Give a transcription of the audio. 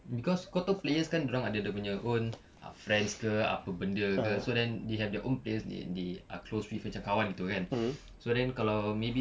cause kau tahu players kan dorang ada dia punya own friends ke apa benda ke so then they have their own players that they are closed with macam kawan gitu kan so then kalau maybe